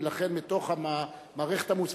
ולכן מתוך מערכת המועסקים,